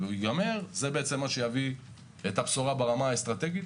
זה מה שיביא את הבשורה ברמה האסטרטגית